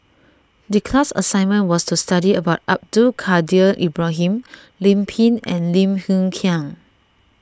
the class assignment was to study about Abdul Kadir Ibrahim Lim Pin and Lim Hng Kiang